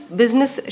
business